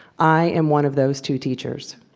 i am one of those two teachers.